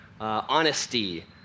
honesty